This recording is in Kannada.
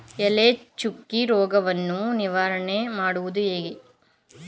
ಎಲೆ ಚುಕ್ಕಿ ರೋಗವನ್ನು ನಿವಾರಣೆ ಮಾಡುವುದು ಹೇಗೆ?